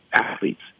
athletes